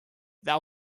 thou